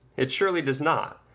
it surely does not.